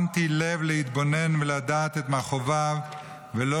שמתי לב להתבונן ולדעת את מכאוביו ולא